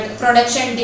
production